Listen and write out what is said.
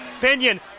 Pinion